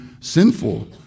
sinful